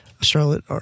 Charlotte